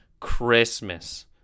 christmas